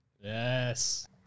Yes